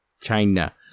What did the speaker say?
China